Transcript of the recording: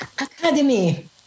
Academy